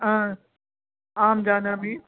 आम् जानामि